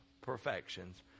perfections